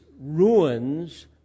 ruins